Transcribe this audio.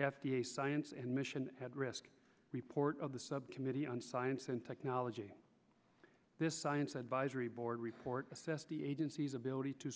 f d a science and mission head risk report of the subcommittee on science and technology this science advisory board report assessed the agency's ability to